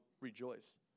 rejoice